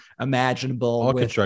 imaginable